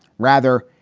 rather,